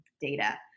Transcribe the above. data